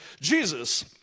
Jesus